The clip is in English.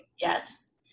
Yes